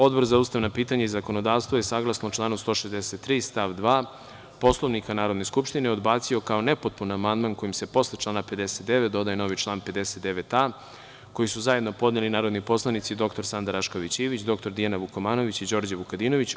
Odbor za ustavna pitanja i zakonodavstvo, je saglasno članu 163. stav 2. Poslovnika Narodne skupštine, odbacio kao nepotpun amandman kojim se s posle člana 59. dodaje novi član 59a koji su zajedno podneli narodni poslanici dr Sanda Rašković Ivić, dr Dijana Vukomanović i Đorđe Vukadinović.